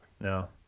no